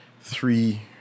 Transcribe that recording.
three